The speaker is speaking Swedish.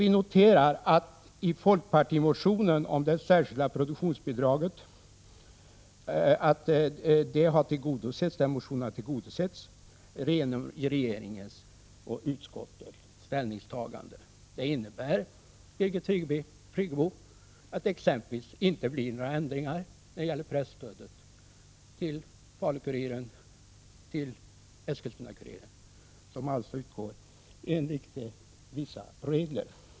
Vi noterar att folkpartimotionen om det särskilda produktionsstödet har tillgodosetts genom regeringens och utskottsmajoritetens ställningstagande. Detta innebär, Birgit Friggebo, exempelvis att det inte blir några ändringar när det gäller presstödet till Falu-Kuriren och Eskilstuna-Kuriren, som utgår enligt vissa regler.